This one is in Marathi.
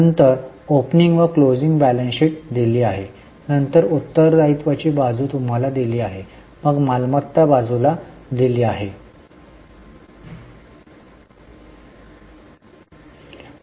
नंतर ओपनिंग व क्लोजर बॅलन्स शीट दिले जाते तर उत्तरदायित्वाची बाजू तुम्हाला दिली जाते मग मालमत्ता बाजूला दिले जाते